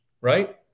right